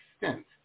extent